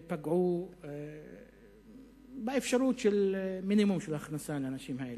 ופגעו באפשרות להגיע למינימום של הכנסה לאנשים האלה,